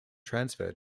transfer